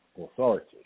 authority